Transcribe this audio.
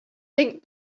think